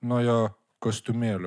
nuo jo kostiumėlio